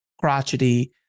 crotchety